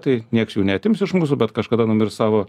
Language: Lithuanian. tai nieks jų neatims iš mūsų bet kažkada numirs savo